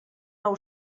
nou